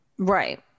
Right